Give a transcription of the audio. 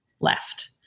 left